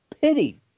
pity